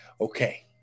Okay